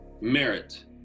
merit